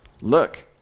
look